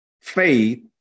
faith